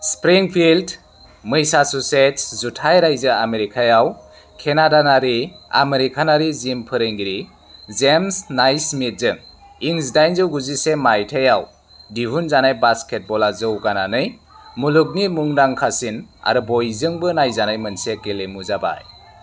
Springfield Massachusetts जुथाय रायजो आमेरिकायाव केनाडानारि आमेरिकानारि जिम फोरोंगिरि जेम्स नाइस्मिथजों इं जिदाइनजौ गुजिसे माइथायाव दिहुनजानाय बास्केटब'ला जौगानानै मुलुगनि मुंदांखासिन आरो बयजोंबो नायजानाय मोनसे गेलेमु जाबाय